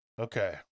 Okay